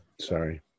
Sorry